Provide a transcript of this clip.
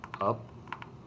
up